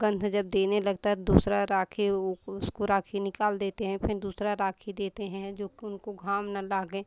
गंध जब देने लगता है तो दूसरा राखी ऊको उसको राखी निकाल देते हैं फिर दूसरा राखी देते हैं जोकि उनको घाव ना लागे